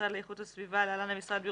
המשרד לאיכות הסביבה (להלן המשרד),